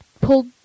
pulled